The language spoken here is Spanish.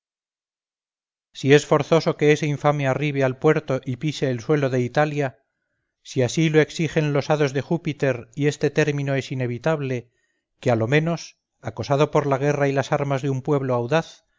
si es forzoso que ese infame arribe al puerto y pise el suelo de italia si así lo exigen los hados de júpiter y este término es inevitable que a lo menos acosado por la guerra y las armas de un pueblo audaz